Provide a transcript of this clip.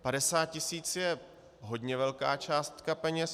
50 tisíc je hodně velká částka peněz.